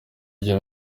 gihe